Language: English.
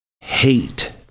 hate